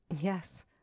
yes